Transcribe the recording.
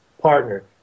partner